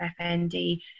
FND